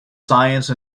science